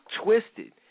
twisted